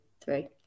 three